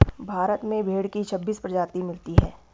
भारत में भेड़ की छब्बीस प्रजाति मिलती है